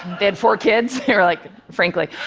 they had four kids, they were like. frankly.